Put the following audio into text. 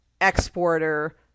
exporter